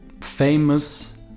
famous